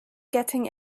getting